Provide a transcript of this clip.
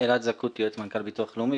אני יועץ המנכ"ל לביטוח לאומי.